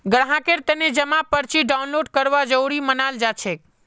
ग्राहकेर तने जमा पर्ची डाउनलोड करवा जरूरी मनाल जाछेक